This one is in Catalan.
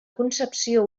concepció